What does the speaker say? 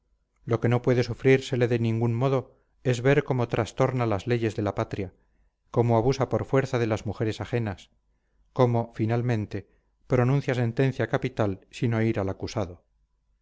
lo que no puede sufrírsele de ningún modo es ver cómo trastorna las leyes de la patria cómo abusa por fuerza de las mujeres ajenas cómo finalmente pronuncia sentencia capital sin oír al acusado